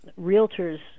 realtors